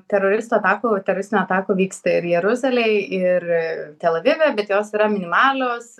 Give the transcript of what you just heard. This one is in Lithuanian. teroristų atakų teroristinių atakų vyksta ir jeruzalėj ir tel avive bet jos yra minimalios